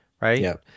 right